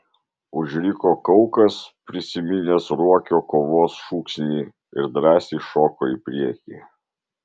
užriko kaukas prisiminęs ruokio kovos šūksnį ir drąsiai šoko į priekį